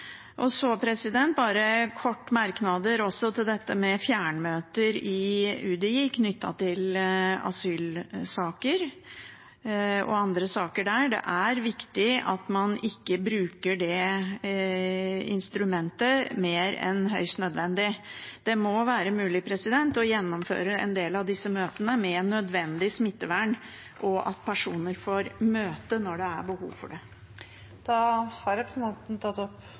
og Arbeiderpartiet. Så bare en kort merknad til dette med fjernmøter i UDI knyttet til asylsaker og andre saker der. Det er viktig at man ikke bruker det instrumentet mer enn høyst nødvendig. Det må være mulig å gjennomføre en del av disse møtene med nødvendig smittevern, og at personer får møte når det er behov for det. Representanten Karin Andersen har tatt opp